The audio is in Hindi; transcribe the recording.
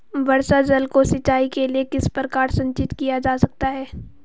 वर्षा जल को सिंचाई के लिए किस प्रकार संचित किया जा सकता है?